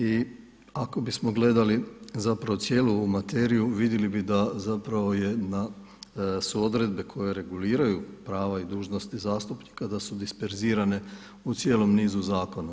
I ako bismo gledali zapravo cijelu ovu materiju vidjeli bi da zapravo su odredbe koje reguliraju prava i dužnosti zastupnika da su disperzirane u cijelom nizu zakona.